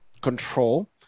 control